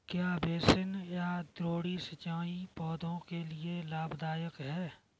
क्या बेसिन या द्रोणी सिंचाई पौधों के लिए लाभदायक है?